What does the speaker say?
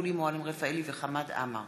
שולי מועלם-רפאלי וחמד עמאר